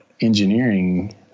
engineering